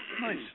Nice